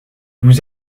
vous